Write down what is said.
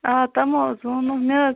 آ تِمُو حظ ووٚنُکھ مےٚ حظ